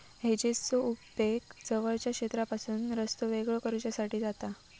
हेजेसचो उपेग जवळच्या क्षेत्रापासून रस्तो वेगळो करुच्यासाठी जाता